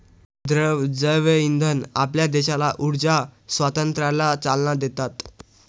द्रव जैवइंधन आपल्या देशाला ऊर्जा स्वातंत्र्याला चालना देतात